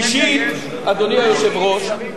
אדוני היושב-ראש,